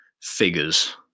figures